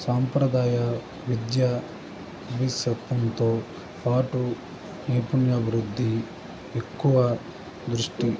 సాంప్రదాయ విద్య విస్సతంతో పాటు నైపుణ్యాభివృద్ధి ఎక్కువ దృష్టి